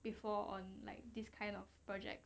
before on like this kind of project